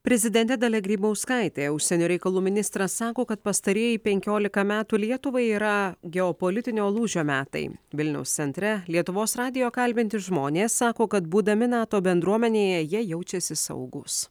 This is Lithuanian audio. prezidentė dalia grybauskaitė užsienio reikalų ministras sako kad pastarieji penkiolika metų lietuvai yra geopolitinio lūžio metai vilniaus centre lietuvos radijo kalbinti žmonės sako kad būdami nato bendruomenėje jie jaučiasi saugūs